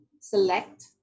select